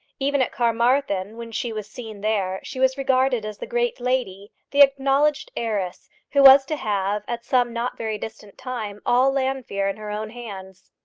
even at carmarthen, when she was seen there, she was regarded as the great lady, the acknowledged heiress, who was to have, at some not very distant time, all llanfeare in her own hands.